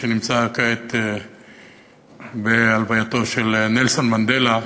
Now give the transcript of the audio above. הוא נמצא כעת בהלווייתו של נלסון מנדלה,